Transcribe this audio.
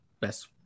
best